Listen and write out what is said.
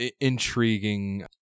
intriguing